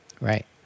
Right